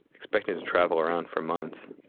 expecting to travel around for months,